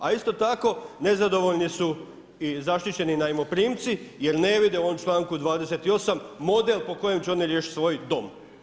A isto tako, nezadovoljni su i zaštićeni najmoprimci jer ne vide u ovom članku 28. model po kojem će oni riješiti svoj dom.